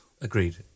Agreed